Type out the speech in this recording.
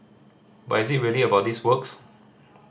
but is it really about these works